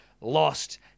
lost